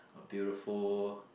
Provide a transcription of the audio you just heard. a beautiful